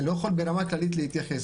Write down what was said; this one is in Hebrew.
אני לא יכול ברמה כללית להתייחס.